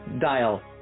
Dial